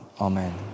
amen